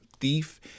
thief